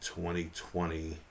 2020